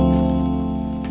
and